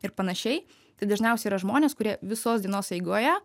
ir panašiai tai dažniausiai yra žmonės kurie visos dienos eigoje